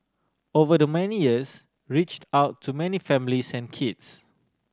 over the many years reached out to many families and kids